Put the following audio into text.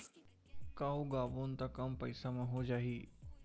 का उगाबोन त कम पईसा म हो जाही?